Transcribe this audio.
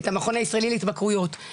את המכון הישראלי להתמכרויות,